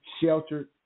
sheltered